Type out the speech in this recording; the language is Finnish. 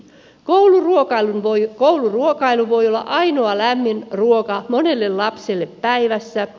kouluruokailu voi olla ainoa lämmin ruoka monelle lapselle päivässä